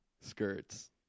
skirts